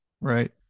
Right